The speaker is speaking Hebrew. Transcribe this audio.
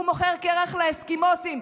הוא מוכר קרח לאסקימוסים,